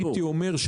הייתי אומר,